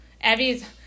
Evie's